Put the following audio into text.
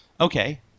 Okay